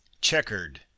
checkered